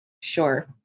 Sure